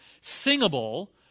Singable